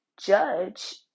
judge